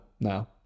now